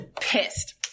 Pissed